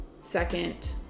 second